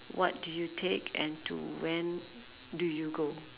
what do you take and to when do you go